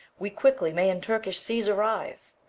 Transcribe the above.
we quickly may in turkish seas arrive.